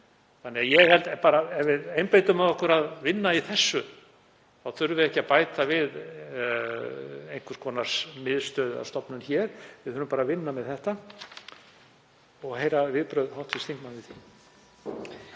Þannig að ég held að ef við einbeitum okkur að því að vinna í þessu þurfum við ekki að bæta við einhvers konar miðstöð eða stofnun hér. Við þurfum bara að vinna með þetta. Ég vil heyra viðbrögð hv. þingmanns við því.